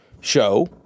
show